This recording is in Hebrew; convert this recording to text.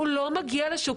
הוא לא מגיע לשוק